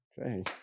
Okay